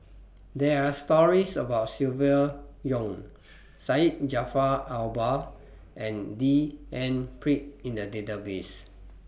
There Are stories about Silvia Yong Syed Jaafar Albar and D N Pritt in The Database